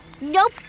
Nope